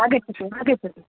आगच्छतु आगच्छतु